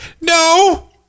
No